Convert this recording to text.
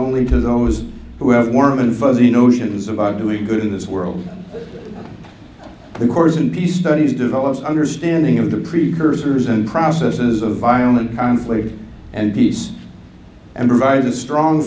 only to those who have warm and fuzzy notions about doing good in this world records in peace studies develops understanding of the precursors and processes of violent conflict and peace and revive a strong